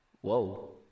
Whoa